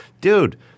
Dude